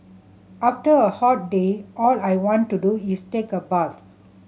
after a hot day all I want to do is take a bath